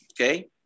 okay